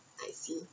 I see